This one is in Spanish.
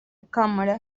cámara